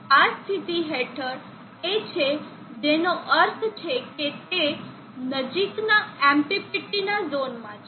તો આ સ્થિતિ હેઠળ તે છે જેનો અર્થ છે કે તે નજીકના MPPT ના ઝોનમાં છે